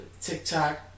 TikTok